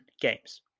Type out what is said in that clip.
games